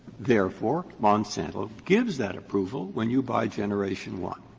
therefore, monsanto gives that approval when you buy generation one.